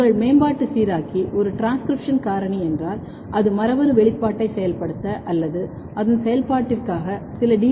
உங்கள் மேம்பாட்டு சீராக்கி ஒரு டிரான்ஸ்கிரிப்ஷன் காரணி என்றால் அது மரபணு வெளிப்பாட்டை செயல்படுத்த அல்லது அதன் செயல்பாட்டிற்காக சில டி